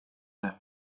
det